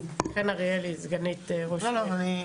אז חן אריאלי סגנית ראש עיריית תל אביב,